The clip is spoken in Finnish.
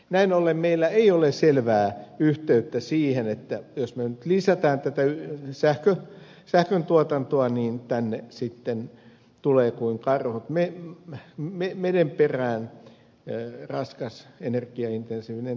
näin ollen meillä ei ole selvää yhteyttä siihen että jos me nyt lisäämme tätä sähkön tuotantoa niin tänne sitten tulee kuin karhut meden perään raskasenergiaintensiivinen teollisuus